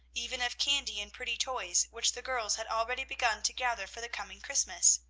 even of candy and pretty toys, which the girls had already begun to gather for the coming christmas.